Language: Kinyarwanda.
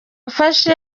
mfashe